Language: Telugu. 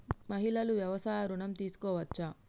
మహిళలు వ్యవసాయ ఋణం తీసుకోవచ్చా?